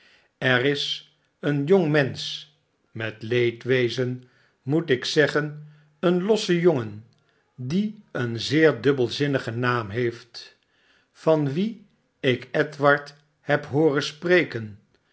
er is een jong mensch met leedwezen moet ik zeggen een losse jongen die een zeer dubbelzinnigen naam heeft van wien ik edward heb hooren spreken